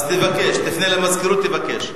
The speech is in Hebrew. אז תפנה למזכירות ותבקש.